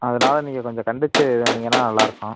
அதனால் நீங்கள் கொஞ்சம் கண்டிச்சு வந்தீங்கன்னால் நல்லா இருக்கும்